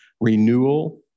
renewal